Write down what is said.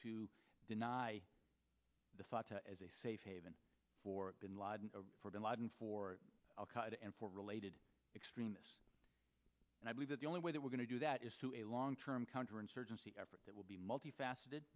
to deny the fata as a safe haven for bin laden for bin laden for al qaida and for related extremists and i believe that the only way that we're going to do that is to a long term counterinsurgency effort that will be multifaceted